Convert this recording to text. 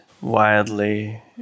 wildly